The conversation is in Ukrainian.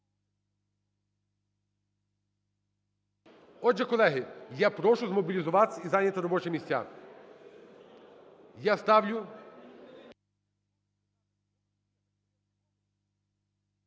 Отже, колеги, я прошу змобілізуватися і зайняти робочі місця. Я ставлю…